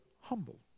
humble